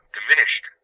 diminished